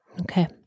Okay